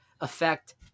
affect